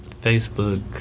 Facebook